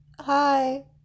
hi